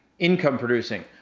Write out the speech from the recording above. income producing,